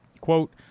Quote